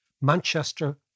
Manchester